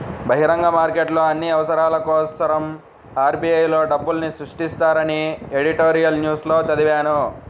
బహిరంగ మార్కెట్లో అన్ని అవసరాల కోసరం ఆర్.బి.ఐ లో డబ్బుల్ని సృష్టిస్తారని ఎడిటోరియల్ న్యూస్ లో చదివాను